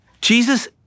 Jesus